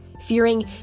Fearing